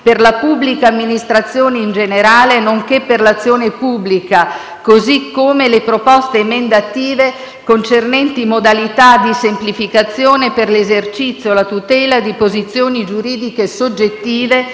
per la pubblica amministrazione in generale nonché per l'azione pubblica, così come le proposte emendative concernenti modalità di semplificazione per l'esercizio o la tutela di posizioni giuridiche soggettive,